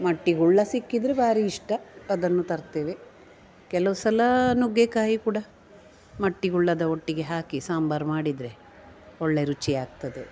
ಮಟ್ಟಿಗುಳ್ಳ ಸಿಕ್ಕಿದರೆ ಭಾರಿ ಇಷ್ಟ ಅದನ್ನು ತರ್ತೇವೆ ಕೆಲವು ಸಲ ನುಗ್ಗೆಕಾಯಿ ಕೂಡ ಮಟ್ಟಿಗುಳ್ಳದ ಒಟ್ಟಿಗೆ ಹಾಕಿ ಸಾಂಬಾರು ಮಾಡಿದರೆ ಒಳ್ಳೆಯ ರುಚಿ ಆಗ್ತದೆ